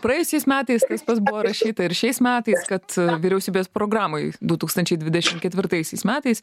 praėjusiais metais tas pats buvo rašyta ir šiais metais kad vyriausybės programoj du tūkstančiai dvidešimt ketvirtaisiais metais